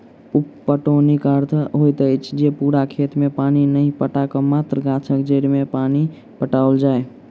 उप पटौनीक अर्थ होइत अछि जे पूरा खेत मे पानि नहि पटा क मात्र गाछक जड़ि मे पानि पटाओल जाय